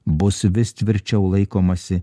bus vis tvirčiau laikomasi